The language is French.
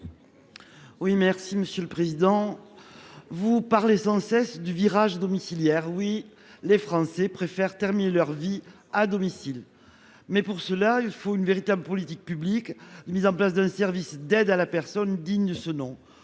l'amendement n° 1646. Vous parlez sans cesse du virage domiciliaire. Oui, les Français préfèrent terminer leur vie à domicile. Pour cela, il faut une véritable politique publique et la mise en place d'un service d'aide à la personne digne de ce nom.